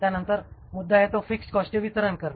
त्यानंतर मुद्दा येतो फिक्स्ड कॉस्टचे वितरण करणे